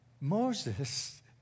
Moses